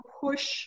push